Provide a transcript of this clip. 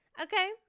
okay